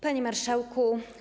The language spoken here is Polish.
Panie Marszałku!